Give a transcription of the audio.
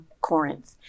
Corinth